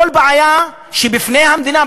כל בעיה שבפני המדינה,